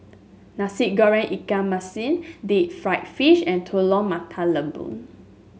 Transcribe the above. Nasi Goreng Ikan Masin Deep Fried Fish and Telur Mata Lembu